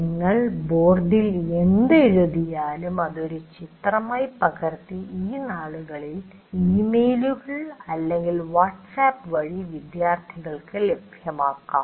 നിങ്ങൾ ബോർഡിൽ എന്ത് എഴുതിയാലും അത് ഒരു ചിത്രമായി പകർത്തി ഈ നാളുകളിൽ ഇമെയിലുകൾ അല്ലെങ്കിൽ വാട്ട്സ്ആപ്പ് വഴി വിദ്യാർത്ഥികൾക്ക് ലഭ്യമാക്കാം